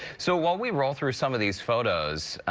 so while we roll through some of these photos,